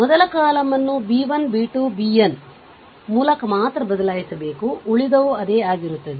ಮೊದಲ ಕಾಲಮ್ ಅನ್ನು b 1 b 2 ಮತ್ತು bn ಮೂಲಕ ಮಾತ್ರ ಬದಲಾಯಿಸುಬೇಕು ಉಳಿದವು ಅದೇ ಆಗಿರುತ್ತದೆ